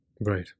Right